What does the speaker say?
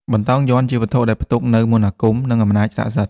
បន្តោងយ័ន្តជាវត្ថុដែលផ្ទុកនូវ មន្តអាគម និងអំណាចស័ក្តិសិទ្ធិ។